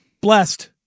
blessed